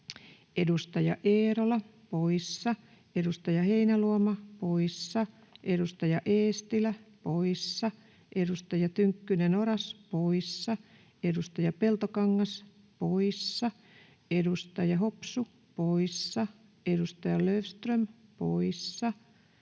edustaja Eerola poissa, edustaja Heinäluoma poissa, edustaja Eestilä poissa, edustaja Tynkkynen, Oras poissa, edustaja Peltokangas poissa, edustaja Hopsu poissa, edustaja Löfström poissa.